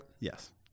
Yes